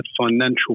financial